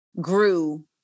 grew